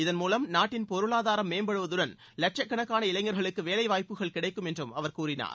இதன் மூலம் நாட்டின் பொருளாதாரம் மேம்படுவதுடன் லட்சக்கணக்கான இளைஞர்களுக்கு வேலைவாய்ப்புகள் கிடைக்கும் என்றும் அவர் கூறினார்